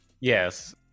Yes